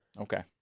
Okay